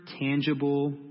tangible